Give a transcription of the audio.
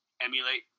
emulate